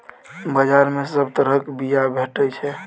बजार मे सब तरहक बीया भेटै छै